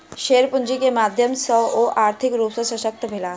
share पूंजी के माध्यम सॅ ओ आर्थिक रूप सॅ शशक्त भेला